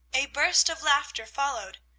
a burst of laughter followed.